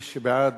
בעד,